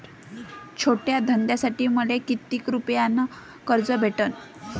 छोट्या धंद्यासाठी मले कितीक रुपयानं कर्ज भेटन?